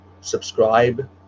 subscribe